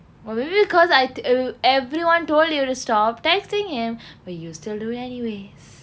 or maybe cause I to everyone told you to stop texting him but you still do it anyways